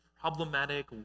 problematic